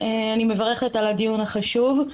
על הדיון החשוב.